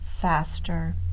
faster